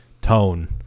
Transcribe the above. tone